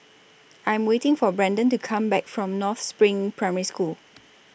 I Am waiting For Brandan to Come Back from North SPRING Primary School